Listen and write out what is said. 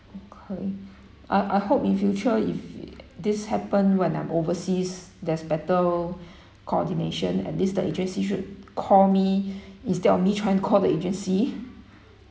okay I I hope in future if this happen when I'm overseas there's better coordination at least the agency should call me instead of me trying to call the agency